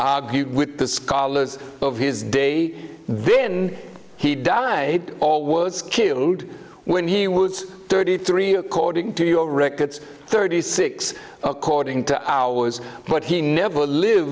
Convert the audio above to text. did the scholars of his day then he died or was killed when he was thirty three according to your records thirty six according to ours but he never live